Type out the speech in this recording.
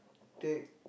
take